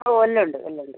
ഓ എല്ലാം ഉണ്ട് എല്ലാം ഉണ്ട്